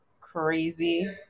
crazy